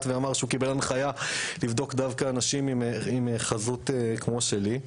ואמר שהוא קיבל הנחיה לבדוק דווקא אנשים בעלי חזות כמו שלי.